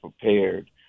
prepared